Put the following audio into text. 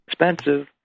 expensive